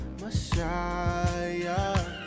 messiah